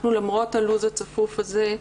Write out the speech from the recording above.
אנחנו, למרות הלו"ז הצפוף הזה,